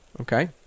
okay